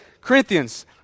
Corinthians